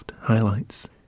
highlights